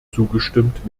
zugestimmt